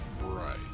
Right